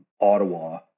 Ottawa